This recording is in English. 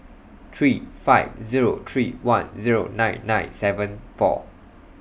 three five Zero three one Zero nine nine seven four